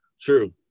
True